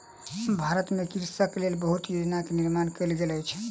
भारत में कृषकक लेल बहुत योजना के निर्माण कयल गेल अछि